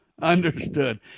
Understood